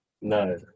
No